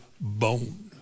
bone